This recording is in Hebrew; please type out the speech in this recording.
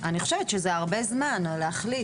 אני חושבת שזה הרבה זמן להחליט,